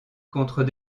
contre